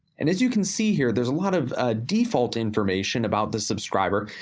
and as you can see here, there's a lot of ah default information about the subscriber.